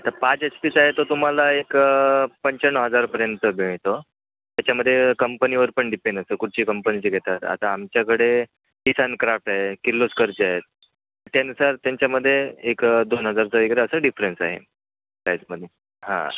आता पाच एच पीचा आहे तो तुम्हाला एक पंच्याण्णव हजारपर्यंत मिळतो त्याच्यामध्ये कंपनीवर पण डिपेंड असतो कुठची कंपनीचे घेतात आता आमच्याकडे किसानक्राफ्ट आहे किर्लोस्करचे आहेत त्यानुसार त्यांच्यामध्ये एक दोन हजारचं वगैरे असं डिफरन्स आहे प्राईजमध्ये हां